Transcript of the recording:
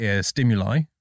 stimuli